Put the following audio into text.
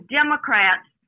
Democrats